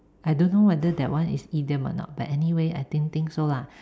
I don't know whether that one is idiom or not but anyway I think think so lah